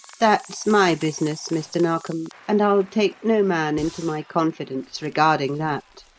that's my business, mr. narkom, and i'll take no man into my confidence regarding that.